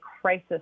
crisis